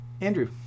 Andrew